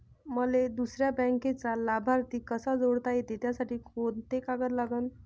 मले दुसऱ्या बँकेचा लाभार्थी कसा जोडता येते, त्यासाठी कोंते कागद लागन?